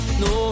no